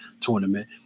Tournament